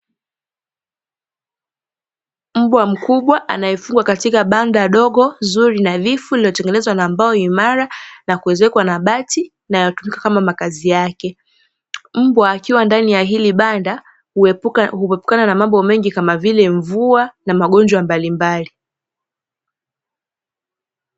Mbwa mkubwa anayefugwa katika banda dogo, zuri, nadhifu, lililotengenezwa na mbao imara na kuezekwa na bati na yakakaa kama makazi yake, mbwa akiwa ndani ya hili banda huepukana na mambo mengi kama vile mvua na magonjwa mbalimbali.